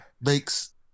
makes